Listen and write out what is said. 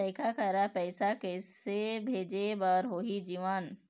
लइका करा पैसा किसे भेजे बार होही जीवन